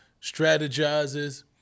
strategizes